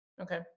Okay